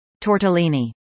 Tortellini